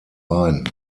bein